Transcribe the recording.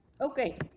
Okay